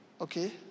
okay